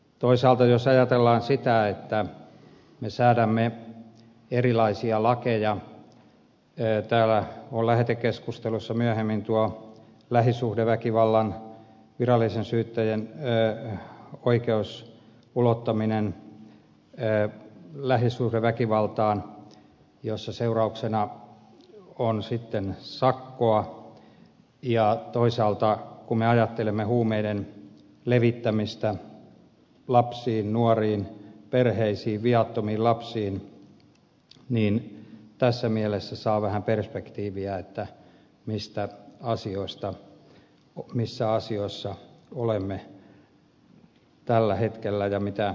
toisaalta jos ajatellaan sitä että me säädämme erilaisia lakeja täällä on lähetekeskustelussa myöhemmin tuo virallisen syytteen ulottaminen lähisuhdeväkivaltaan jossa seurauksena on sakkoa ja toisaalta kun me ajattelemme huumeiden levittämistä lapsille nuorille perheisiin viattomille lapsille niin tässä mielessä saa vähän perspektiiviä siihen missä asioissa olemme tällä hetkellä ja mitä käsittelemme